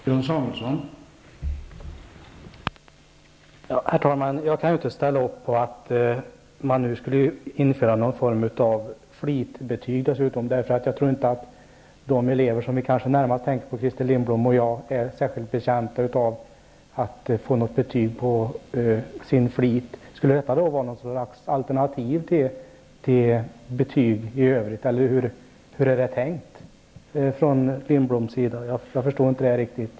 Herr talman! Jag kan inte ställa upp på att man nu skulle införa någon form av flitbetyg, för jag tror inte att de elever som Christer Lindblom och jag närmast tänker på är särskilt betjänta av att få ett särskilt betyg när det gäller flit. Skulle det vara något slags alternativ till betyg i övrigt, eller hur är det tänkt, Christer Lindblom? Jag förstår inte det här riktigt.